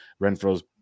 Renfro's